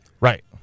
Right